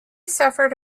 suffered